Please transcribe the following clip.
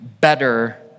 better